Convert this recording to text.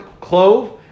clove